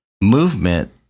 movement